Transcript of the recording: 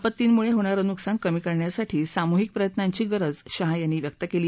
आपत्तींमुळ होणारं नुकसान कमी करण्यासाठी सामूहिक प्रयत्नांची गरज शहा यांनी व्यक्त कली